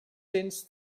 cents